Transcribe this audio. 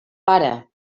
pare